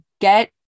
get